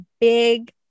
big